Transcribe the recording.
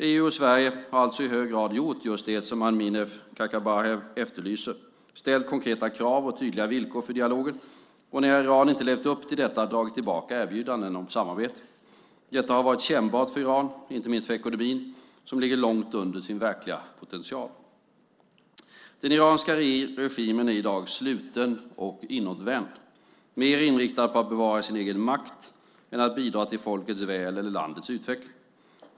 EU och Sverige har alltså i hög grad gjort just det Amineh Kakabaveh efterlyser - ställt konkreta krav och tydliga villkor för dialogen - och när Iran inte levt upp till detta dragit tillbaka erbjudanden om samarbete. Detta har varit kännbart för Iran, inte minst för ekonomin som ligger långt under sin verkliga potential. Den iranska regimen är i dag sluten och inåtvänd, mer inriktad på att bevara sin egen makt än att bidra till folkets väl eller landets utveckling.